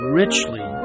richly